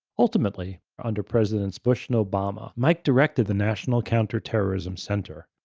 ultimately, under presidents bush and obama, mike directed the national counterterrorism center,